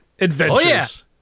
adventures